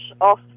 off